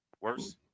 worse